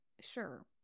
sure